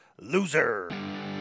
Loser